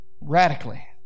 radically